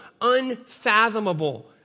Unfathomable